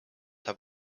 have